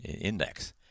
index